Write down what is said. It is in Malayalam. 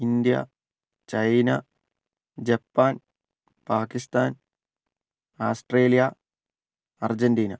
India China Japan Pakistan Australia Argentina